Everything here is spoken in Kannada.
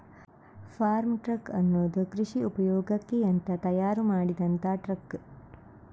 ಫಾರ್ಮ್ ಟ್ರಕ್ ಅನ್ನುದು ಕೃಷಿ ಉಪಯೋಗಕ್ಕೆ ಅಂತ ತಯಾರು ಮಾಡಿದಂತ ಟ್ರಕ್